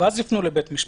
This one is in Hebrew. ואז יפנו לבית משפט.